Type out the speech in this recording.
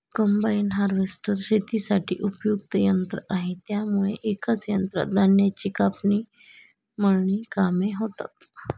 combine harvester शेतीसाठी उपयुक्त यंत्र आहे त्यामुळे एकाच यंत्रात धान्याची कापणी, मळणी कामे होतात